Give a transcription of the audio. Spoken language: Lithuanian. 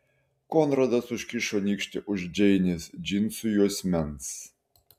konradas užkišo nykštį už džeinės džinsų juosmens